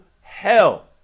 hell